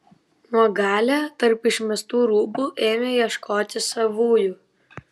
nuogalė tarp išmestų rūbų ėmė ieškoti savųjų